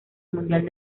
mundial